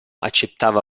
accettava